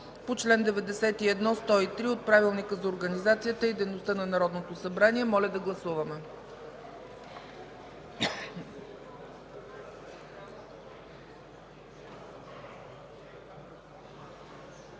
чл. чл. 91 – 103 от Правилника за организацията и дейността на Народното събрание.” Моля да гласуваме.